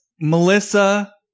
Melissa